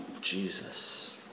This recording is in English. Jesus